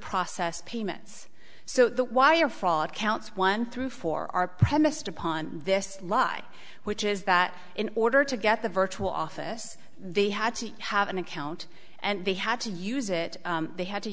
process payments so the wire fraud counts one through four are premised upon this lie which is that in order to get the virtual office they had to have an account and they had to use it they had to